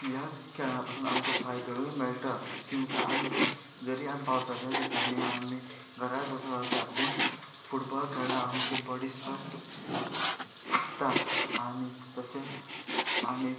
ह्याच खेळा पासून आमकां फायदोय मेळटा किंवां आमकां जरी आमी पावसाच्या दिसांनी आमी घराक बसून रावता पूण फुटबॉल खेळ्यार आमची बॉडी स्वस्थ उरता आनी तशेंच आनी